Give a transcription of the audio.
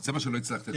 זה מה שלא הצלחתי.